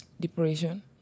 Depression